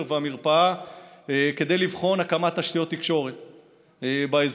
והמרפאה כדי לבחון הקמת תשתיות תקשורת באזור,